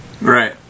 Right